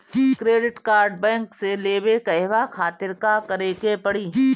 Credit card bank से लेवे कहवा खातिर का करे के पड़ी?